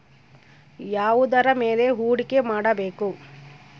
ಯಾವುದರ ಮೇಲೆ ಹೂಡಿಕೆ ಮಾಡಬೇಕು?